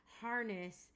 harness